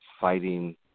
fighting